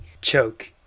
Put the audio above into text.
choke